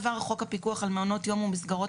עבר חוק הפיקוח על מעונות יום ומסגרות